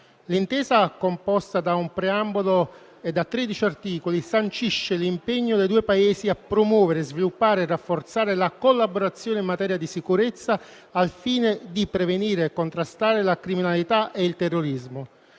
L'intesa, composta da un preambolo e da 13 articoli, sancisce l'impegno dei due Paesi a promuovere, sviluppare e rafforzare la collaborazione in materia di sicurezza al fine di prevenire e contrastare la criminalità e il terrorismo,